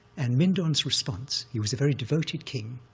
and mindon's response, he was a very devoted king,